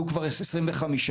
אבל היו כבר 25 נרצחים,